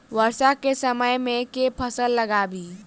वर्षा केँ समय मे केँ फसल लगाबी?